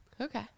Okay